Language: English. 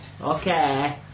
Okay